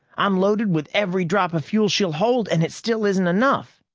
i'm loaded with every drop of fuel she'll hold and it still isn't enough.